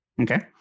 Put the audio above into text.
Okay